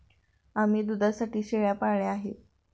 आम्ही दुधासाठी शेळ्या पाळल्या आहेत